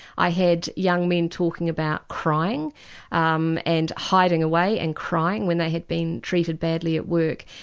i had young men talking about crying um and hiding away and crying when they had been treated badly at work.